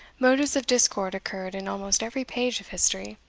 motives of discord occurred in almost every page of history.